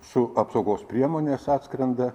su apsaugos priemonės atskrenda